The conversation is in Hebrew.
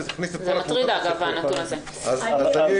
וזה הכניס את כל הקבוצות להסגר.